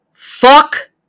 Fuck